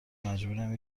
مجبورم